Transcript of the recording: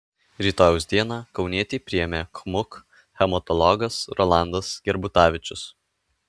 rytojaus dieną kaunietį priėmė kmuk hematologas rolandas gerbutavičius